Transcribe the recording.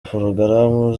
porogaramu